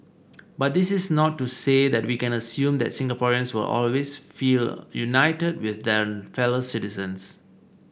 but this is not to say that we can assume that Singaporeans will always feel united with their fellow citizens